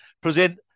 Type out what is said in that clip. present